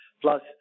Plus